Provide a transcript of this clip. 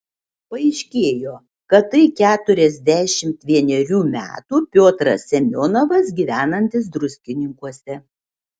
paaiškėjo kad tai keturiasdešimt vienerių metų piotras semionovas gyvenantis druskininkuose